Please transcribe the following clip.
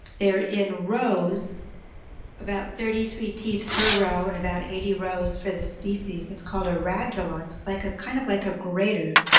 they're in rows about thirty three teeth per row and about eighty rows for the species. it's called a radula. it's like a kind of like a grater.